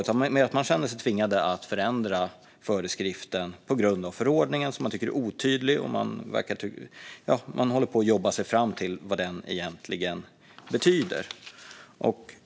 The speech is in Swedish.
Det är mer att man känner sig tvingad att förändra föreskriften på grund av förordningen, som man tycker är otydlig. Man håller på att jobba sig fram till vad den egentligen betyder.